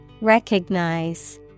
Recognize